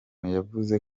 yavuze